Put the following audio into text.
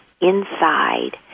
inside